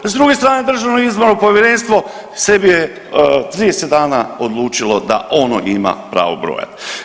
S druge strane Državno izborno povjerenstvo sebi je 30 dana odlučilo da ono ima pravo brojati.